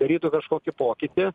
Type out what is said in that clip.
darytų kažkokį pokytį